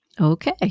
Okay